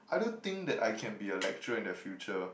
I do think that I can be a lecturer in the future